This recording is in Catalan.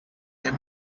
fer